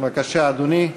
בבקשה, אדוני.